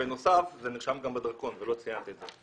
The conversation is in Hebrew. בנוסף, זה נרשם גם בדרכון ולא ציינתי את זה.